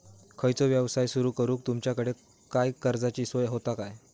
खयचो यवसाय सुरू करूक तुमच्याकडे काय कर्जाची सोय होता काय?